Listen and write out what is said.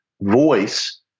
voice